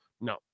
No